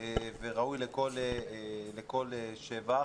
וראוי לכל שבח,